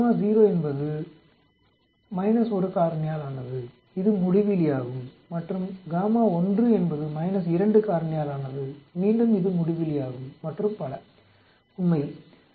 0 என்பது 1 காரணியாலானது இது முடிவிலியாகும் மற்றும் 1 என்பது - 2 காரணியாலானது மீண்டும் இது முடிவிலியாகும் மற்றும் பல உண்மையில்